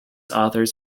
authors